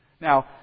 Now